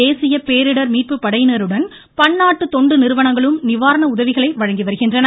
தேசிய பேரிடர் மீட்பு படையினருடன் பன்னாட்டு தொண்டு நிறுவனங்களும் நிவாரண உதவிகளை வழங்கி வருகின்றன